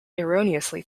erroneously